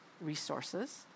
resources